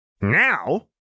Now